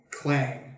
clang